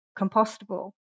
compostable